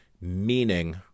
meaning